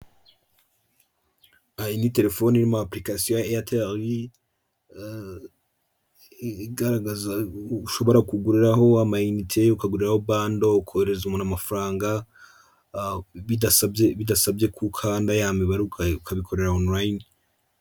Aya ni telefoni muri apulikasiyo ya airtel igaragaza ushobora kuguriraho amaingte ukaguraho band ukohereza umuntu amafaranga bidasabye bidasabye ko ukanda ya mibarerwayo ukabikorera honline